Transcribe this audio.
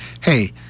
hey